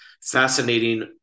fascinating